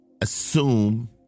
assume